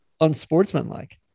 unsportsmanlike